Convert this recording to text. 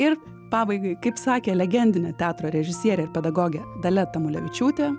ir pabaigai kaip sakė legendinė teatro režisierė ir pedagogė dalia tamulevičiūtė